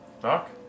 Doc